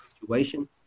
situation